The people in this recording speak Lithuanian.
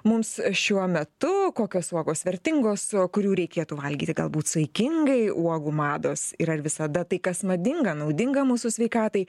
mums šiuo metu kokios uogos vertingos o kurių reikėtų valgyti galbūt saikingai uogų mados ir ar visada tai kas madinga naudinga mūsų sveikatai